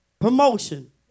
promotion